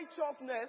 Righteousness